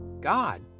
God